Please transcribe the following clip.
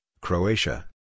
Croatia